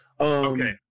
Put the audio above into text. Okay